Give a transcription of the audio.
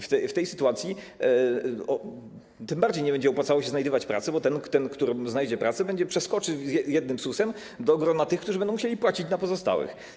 W tej sytuacji tym bardziej nie będzie opłacało się znajdywać pracy, bo ten, kto znajdzie pracę, przeskoczy jednym susem do grona tych, którzy będą musieli płacić na pozostałych.